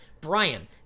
Brian